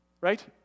right